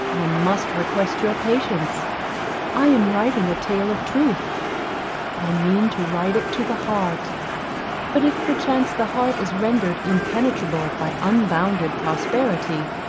i must request your patience i am writing a tale of truth i mean to write it to the heart but if perchance the heart is rendered impenetrable by unbounded prosperity,